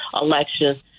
election